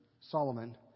Solomon